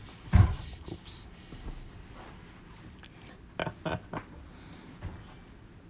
!oops!